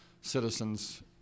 citizens